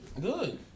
Good